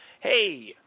Hey